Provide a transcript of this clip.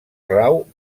rau